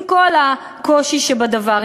עם כל הקושי שבדבר,